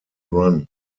run